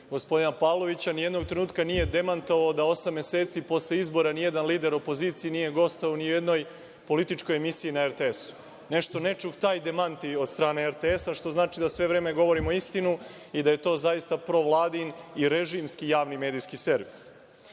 gospodina Pavlovića, ni jednog trenutka nije demantovao da osam meseci posle izbora ni jedan lider opozicije nije gostovao ni u jednoj političkoj emisiji na RTS-u. Nešto ne čuh taj demant od strane RTS, što znači da sve vreme govorimo istinu i da je to zaista provladin i režimski javni medijski servis. Sa